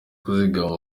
kuzigama